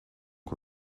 que